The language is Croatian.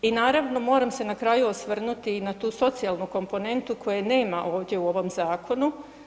I naravno moram se na kraju osvrnuti i na tu socijalnu komponentu koje nema ovdje u ovom zakonu.